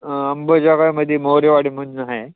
अंबेजोगाईमधे मोरेवाडी म्हणून आहे